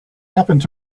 happened